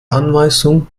anweisungen